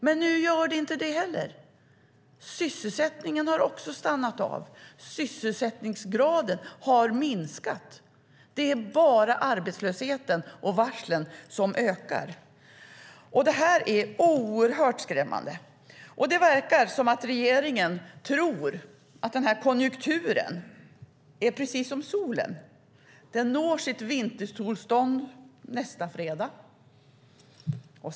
Men nu är det inte längre så. Sysselsättningen har också stannat av, och sysselsättningsgraden har minskat. Det är bara arbetslösheten och varslen som ökar. Det här är oerhört skrämmande. Det verkar som att regeringen tror att konjunkturen är som solen. Den når sitt vintersolstånd nästa fredag.